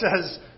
says